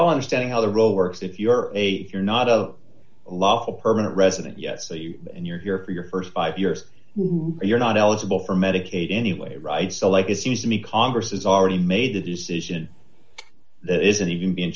all understanding how the road works if you're a you're not a lawful permanent resident yet so you and you're here for your st five years you're not eligible for medicaid anyway right so like it seems to me congress has already made the decision that isn't even being